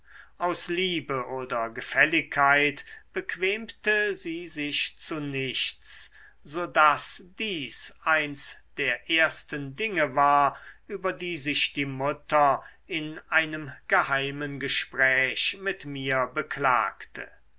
aus liebe oder gefälligkeit bequemte sie sich zu nichts so daß dies eins der ersten dinge war über die sich die mutter in einem geheimen gespräch mit mir beklagte